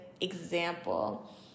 example